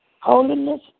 Holiness